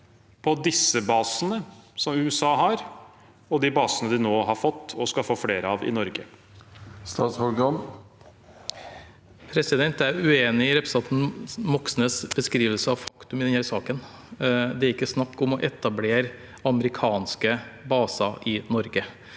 på disse basene USA har, og de basene de nå har fått og skal få flere av i Norge? Statsråd Bjørn Arild Gram Jeg er uenig i representanten Moxnes’ beskrivelse av faktum i denne saken. Det er ikke snakk om å etablere amerikanske baser i Norge.